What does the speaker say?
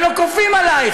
הם לא כופים עלייך,